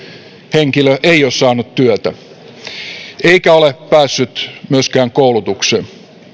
henkilö ei ole saanut työtä eikä ole päässyt myöskään koulutukseen